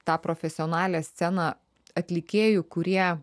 tą profesionalią sceną atlikėjų kurie